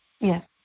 Yes